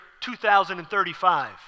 2035